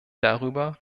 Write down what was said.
darüber